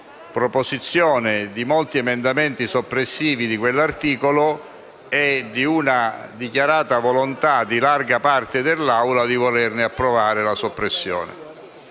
presentazione di molti emendamenti soppressivi di quell'articolo e di un'ampia e dichiarata volontà da parte dell'Assemblea di volerne approvare la soppressione.